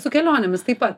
su kelionėmis taip pa